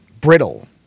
brittle